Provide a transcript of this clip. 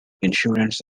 insurance